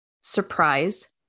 surprise